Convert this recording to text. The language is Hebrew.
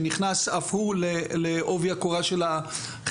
שנכנס אף הוא לעובי הקורה של החינוך,